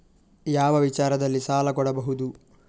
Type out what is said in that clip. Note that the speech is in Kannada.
ಯಾವ ವಿಚಾರದಲ್ಲಿ ಸಾಲ ಕೊಡಬಹುದು?